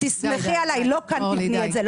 תסמכי עליי, לא כאן תבני את זה.